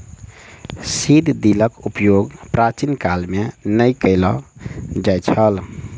seed ड्रीलक उपयोग प्राचीन काल मे नै कय ल जाइत छल